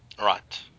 right